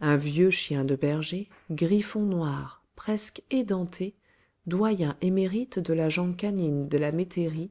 un vieux chien de berger griffon noir presque édenté doyen émérite de la gent canine de la métairie